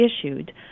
issued